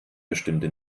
bestünde